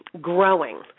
growing